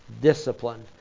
discipline